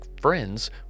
friends